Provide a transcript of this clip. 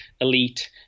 elite